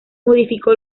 modificó